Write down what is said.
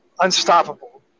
unstoppable